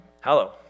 Hello